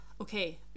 Okay